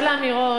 כל האמירות,